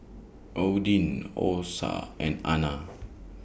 Odin Osa and Ana